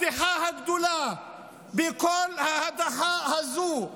הבדיחה הגדולה בכל ההדחה הזו היא